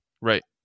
right